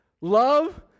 Love